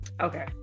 Okay